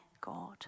God